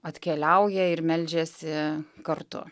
atkeliauja ir meldžiasi kartu